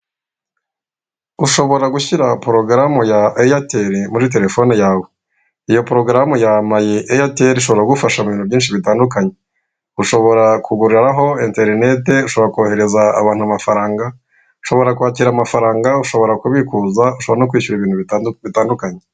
Ushobora gushyira porogaramu ya eyateri muri telefone yawe. Iyo porogaramu ya mayi eyateri ishobora kugufasha mu bintu byinshi bitandukanye. Ushobora kuguriraho interineti, ushobora koherereza abantu amafaranga, ushobora kwakira amafaranga, ushobora kubikuza, ushobora no kwishyura ibintu bitandukanye.